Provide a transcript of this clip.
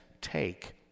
take